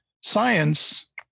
science